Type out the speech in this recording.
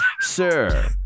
Sir